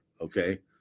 okay